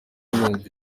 bumva